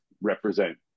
represent